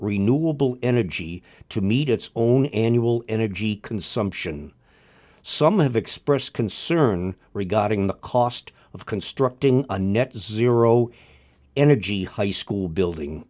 renewable energy to meet its own annual energy consumption some have expressed concern regarding the cost of constructing a net zero energy high school building